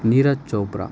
Neeraj Chopra